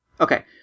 okay